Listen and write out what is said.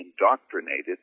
indoctrinated